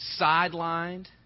Sidelined